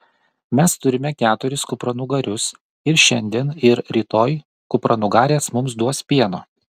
mes turime keturis kupranugarius ir šiandien ir rytoj kupranugarės mums duos pieno